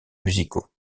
musicaux